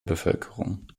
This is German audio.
bevölkerung